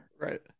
Right